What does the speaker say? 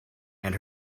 and